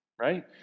Right